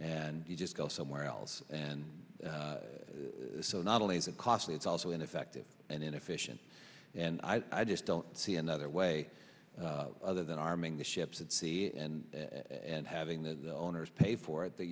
and you just go somewhere else and so not only is it costly it's also ineffective and inefficient and i just don't see another way other than arming the ships at sea and and having the owners pay for it that